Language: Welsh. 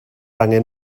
angen